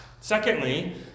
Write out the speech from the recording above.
Secondly